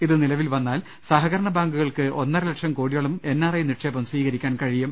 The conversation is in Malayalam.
ഇതു നില വിൽ വന്നാൽ സഹകരണ ബാങ്കുകൾക്ക് ഒന്നരലക്ഷം കോടിയോളം എൻ ആർ ഐ നിക്ഷേപം സ്വീകരിക്കാൻ കഴിയും